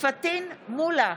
פטין מולא,